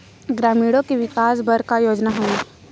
ग्रामीणों के विकास बर का योजना हवय?